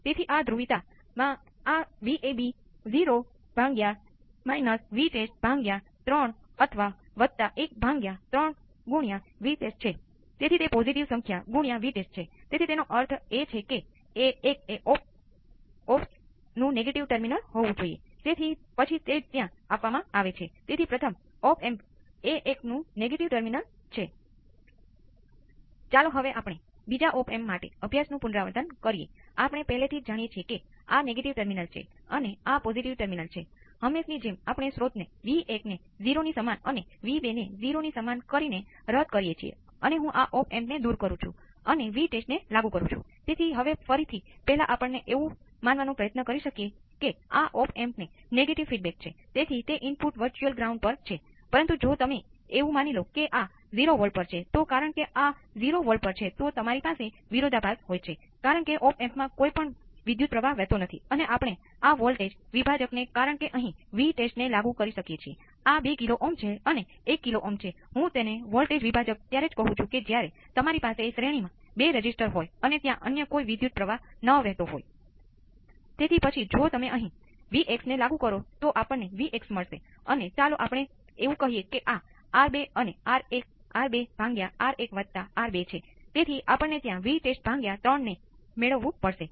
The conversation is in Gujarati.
તેથી આ સમગ્ર સમીકરણ વધુ સામાન્ય રીતે અનંત આ મૂલ્ય સુધી પહોંચશે અને 0 નો Vc એ Vc પરની પ્રારંભિક સ્થિતિ છે અને આ ઉકેલ ત્યારે માન્ય રહે છે કે જ્યારે Vs એક અચળ હોય જે ખૂબ જ મહત્વપૂર્ણ છે અને જો તમારી પાસે Vs કોઈ સમયના કેટલાક મનસ્વી વિધેય તરીકે હોય તો તમે અહીં સમયના તે વિધેયને અવેજીમાં મૂકી શકતા નથી તેથી જો Vs અચળ હોય તો જ આ માન્ય હોય છે